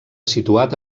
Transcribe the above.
situat